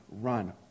run